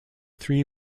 three